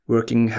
Working